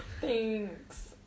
thanks